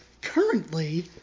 currently